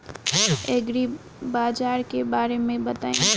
एग्रीबाजार के बारे में बताई?